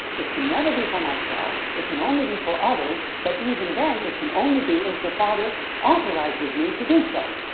it can never be for myself. it can only be for others, but even then it can only be as the father authorizes me to do so.